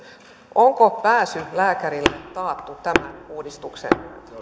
onko pääsy lääkärille taattu tämän uudistuksen